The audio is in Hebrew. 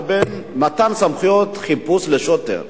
לבין מתן סמכויות חיפוש לשוטר.